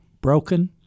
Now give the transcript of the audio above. broken